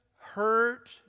hurt